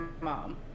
mom